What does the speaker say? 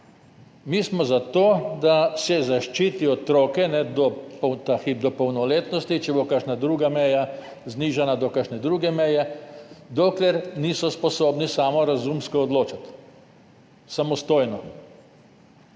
Mi smo za to, da se zaščiti otroke – ta hip do polnoletnosti, če bo kakšna druga meja oziroma znižano do kakšne druge meje, dokler niso sposobni sami razumsko odločati, samostojno.